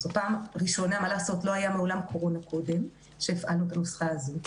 זאת פעם ראשונה שהפעלנו את הנוסחה הזאת,